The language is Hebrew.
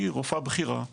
היא רופאה בכירה,